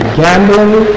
gambling